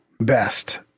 Best